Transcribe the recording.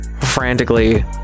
frantically